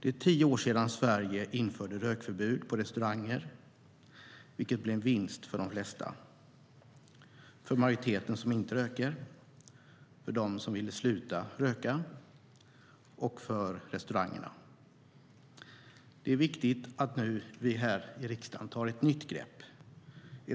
Det är tio år sedan Sverige införde rökförbud på restauranger, vilket blev en vinst för de flesta, för majoriteten som inte röker, för dem som ville sluta röka och för restaurangerna. Det är viktigt att vi nu här i riksdagen tar ett nytt